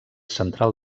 central